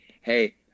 hey